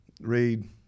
Read